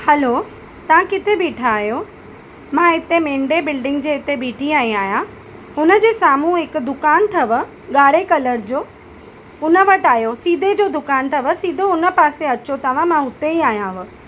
हलो तव्हां किथे बीठा आहियो मां हिते मेढे बिल्डिंग जे हिते बीठी आहियां उनजे साम्हूं हिकु दुकानु अथव ॻाढ़े कलर जो उन वटि आहियो सीधे जो दुकानु अथव सिधो हुन पासे अचो तव्हां मां हुते ई आयांव